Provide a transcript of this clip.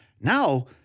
Now